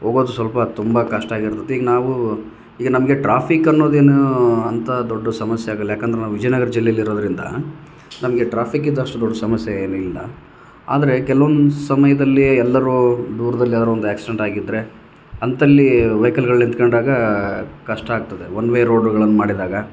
ಹೋಗೋದು ಸ್ವಲ್ಪ ತುಂಬ ಕಷ್ಟ ಆಗಿರ್ತತೀಗ ನಾವು ಈಗ ನಮಗೆ ಟ್ರಾಫಿಕ್ಕನ್ನೋದೇನು ಅಂತ ದೊಡ್ಡ ಸಮಸ್ಯೆ ಆಗಲ್ಲ ಯಾಕೆಂದ್ರೆ ನಾವು ವಿಜಯನಗರ ಜಿಲ್ಲೆಲಿರೋದ್ರಿಂದ ನಮಗೆ ಟ್ರಾಫಿಕ್ಕಿಂದು ಅಷ್ಟು ದೊಡ್ಡ ಸಮಸ್ಯೆ ಏನಿಲ್ಲ ಆದರೆ ಕೆಲವೊಂದು ಸಮಯದಲ್ಲೇ ಎಲ್ಲರೂ ದೂರ್ದಲ್ಲೆನಾದ್ರೊಂದು ಆಕ್ಸ್ಡೆಂಟ್ ಆಗಿದ್ದರೆ ಅಂಥಲ್ಲಿ ವೆಯ್ಕಲ್ಗಳು ನಿಂತ್ಕೊಂಡಾಗ ಕಷ್ಟ ಆಗ್ತದೆ ಒನ್ ವೇ ರೋಡುಗಳನ್ನು ಮಾಡಿದಾಗ